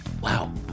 Wow